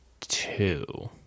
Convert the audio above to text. two